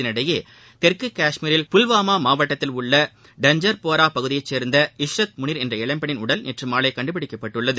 இதனிடையே தெற்கு கஷ்மீரில் புல்வாமா மாவட்டத்தில் உள்ள டஞ்சன்போரா பகுதியை சேர்ந்த இஷ்ரத் முனீர் என்ற இளம்பெண்ணின் உடல் நேற்று மாலை கண்டுபிடிக்கப்பட்டுள்ளது